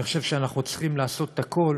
אני חושב שאנחנו צריכים לעשות הכול